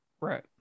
Right